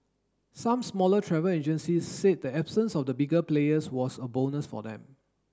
some smaller travel agencies said the absence of the bigger players was a bonus for them